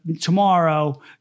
tomorrow